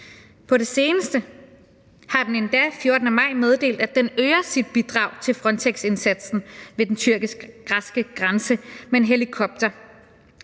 På det seneste har den endda den 14. maj meddelt, at den øger sit bidrag til Frontexindsatsen ved den tyrkisk-græske grænse med en helikopter.